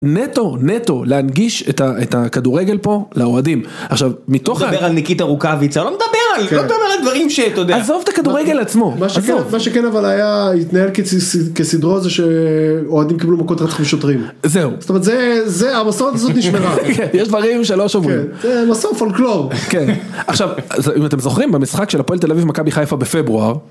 נטו נטו להנגיש את הכדורגל פה לאוהדים עכשיו מתוך אתה מדבר על ניקיטה רוקאביצה אני לא מדבר על הדברים שאתה יודע עזוב את הכדורגל עצמו מה שכן אבל היה התנהל כסדרו זה שאוהדים קיבלו מכות רצח ושוטרים. זהו זה זה המסורת הזאת נשמרה יש דברים שלא שומרים. עכשיו אם אתם זוכרים במשחק של הפועל תל אביב מכבי חיפה בפברואר.